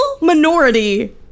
minority